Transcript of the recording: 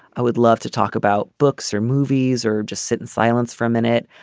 i would love to talk about books or movies or just sit in silence for a minute.